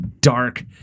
dark